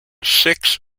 six